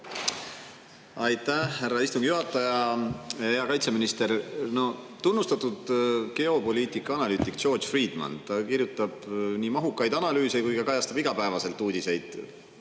Aitäh, härra istungi juhataja! Hea kaitseminister! Tunnustatud geopoliitika analüütik George Friedman kirjutab nii mahukaid analüüse kui ka kajastab igapäevaselt uudiseid